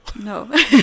No